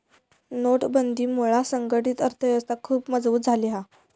नोटबंदीमुळा संघटीत अर्थ व्यवस्था खुप मजबुत झाली हा